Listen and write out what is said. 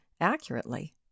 accurately